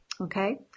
Okay